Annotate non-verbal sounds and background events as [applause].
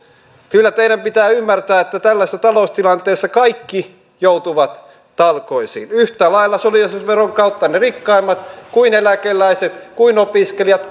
kyllä teidän pitää ymmärtää että tällaisessa taloustilanteessa kaikki joutuvat talkoisiin yhtä lailla solidaarisuusveron kautta ne rikkaimmat kuin eläkeläiset ja opiskelijat [unintelligible]